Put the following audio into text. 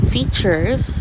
Features